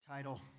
Title